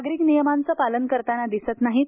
नागरिक नियमांचं पालन करताना दिसत नाहीत